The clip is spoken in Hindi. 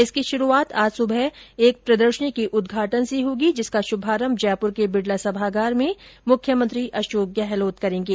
इसकी श्रूआत आज सुबह एक प्रदर्शनी के उदघाटन से होगी जिसका शुभारम्भ जयप्र के बिडला सभागार में मुख्यमंत्री अशोक गहलोत करेंगे